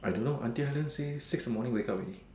I don't know auntie Ellen says six in the morning wake up already